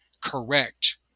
correct